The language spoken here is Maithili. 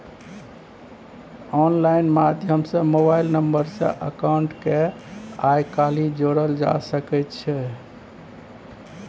आनलाइन माध्यम सँ मोबाइल नंबर सँ अकाउंट केँ आइ काल्हि जोरल जा सकै छै